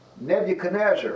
Nebuchadnezzar